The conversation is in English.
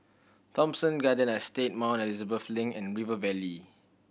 Thomson Garden Estate Mount Elizabeth Link and River Valley